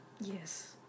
Yes